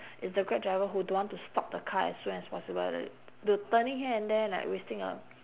is the grab driver who don't want to stop the car as soon as possible at the the turning here and there like wasting a